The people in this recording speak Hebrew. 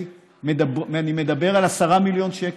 אני מדבר על 10 מיליון שקל,